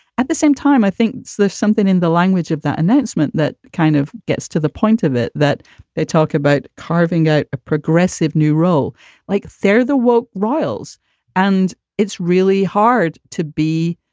at the same time, i think there's something in the language of that announcement that kind of gets to the point of it that they talk about carving out a progressive new role like they're the woak royals and it's really hard to be